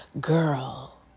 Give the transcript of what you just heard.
Girl